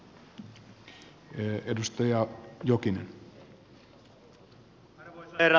arvoisa herra puhemies